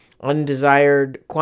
undesired